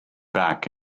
back